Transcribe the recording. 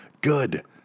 Good